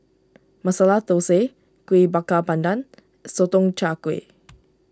Masala Thosai Kuih Bakar Pandan and Sotong Char Kway